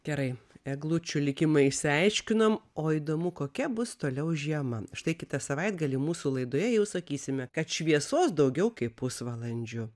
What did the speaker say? gerai eglučių likimą išsiaiškinom o įdomu kokia bus toliau žiema štai kitą savaitgalį mūsų laidoje jau sakysime kad šviesos daugiau kaip pusvalandžiu